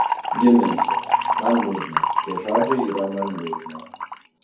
ji mintija man liūdna tie žodžiai yra man liūdna